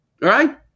right